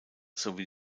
sowie